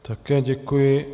Také děkuji.